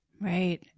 Right